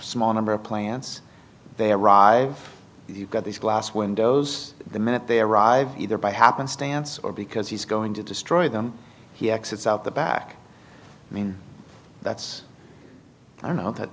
small number of plants they arrive you've got these glass windows the minute they arrive either by happenstance or because he's going to destroy them he exits out the back i mean that's i don't know that